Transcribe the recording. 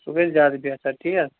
سُہ گژھِ زیادٕ بہتر تی حظ